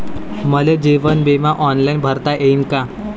मले जीवन बिमा ऑनलाईन भरता येईन का?